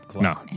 no